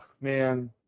man